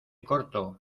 corto